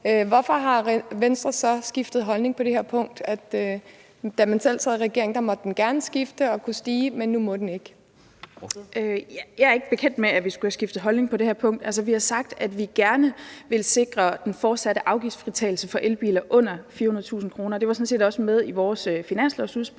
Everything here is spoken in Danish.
Hvorfor har Venstre skiftet holdning på det her punkt, sådan at da man selv sad i regering, måtte den gerne skifte og kunne stige, men nu må den ikke? Kl. 11:45 Formanden (Henrik Dam Kristensen): Ordføreren. Kl. 11:45 Marie Bjerre (V): Jeg er ikke bekendt med, at vi skulle have skiftet holdning på det her punkt. Vi har sagt, at vi gerne vil sikre den fortsatte afgiftsfritagelse for elbiler under 400.000 kr., og det var sådan set også med i vores finanslovsudspil,